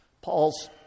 Paul's